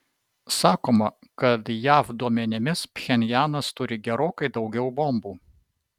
sakoma kad jav duomenimis pchenjanas turi gerokai daugiau bombų